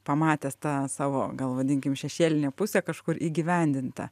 pamatęs tą savo gal vadinkim šešėlinę pusę kažkur įgyvendintą